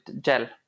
gel